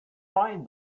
find